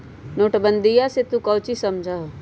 नोटबंदीया से तू काउची समझा हुँ?